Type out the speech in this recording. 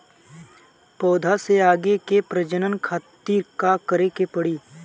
पौधा से आगे के प्रजनन खातिर का करे के पड़ी?